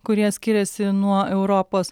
kurie skiriasi nuo europos